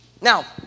Now